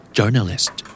Journalist